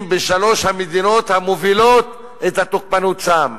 בשלוש המדינות המובילות את התוקפנות שם.